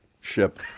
ship